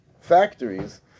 factories